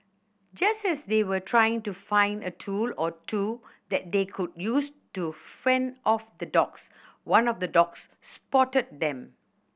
just as they were trying to find a tool or two that they could use to fend off the dogs one of the dogs spotted them